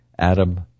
Adam